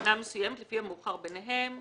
בשנה מסוימת לפי המאוחר ביניהם.